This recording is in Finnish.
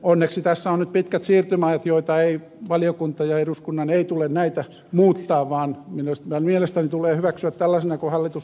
onneksi tässä on nyt pitkät siirtymäajat joita valiokunnan ja eduskunnan ei tule muuttaa vaan jotka mielestäni tulee hyväksyä tällaisina kuin hallitus esittää